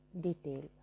detail